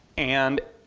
and.